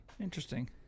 Interesting